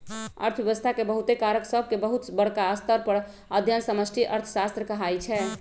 अर्थव्यवस्था के बहुते कारक सभके बहुत बरका स्तर पर अध्ययन समष्टि अर्थशास्त्र कहाइ छै